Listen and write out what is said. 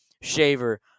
Shaver